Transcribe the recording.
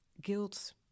guilt